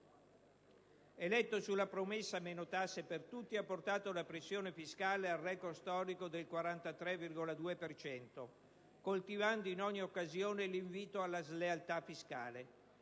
Eletto sulla promessa "meno tasse per tutti", ha portato la pressione fiscale alrecord storico del 43,2 per cento, coltivando in ogni occasione l'invito alla slealtà fiscale;